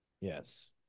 yes